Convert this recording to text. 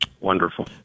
Wonderful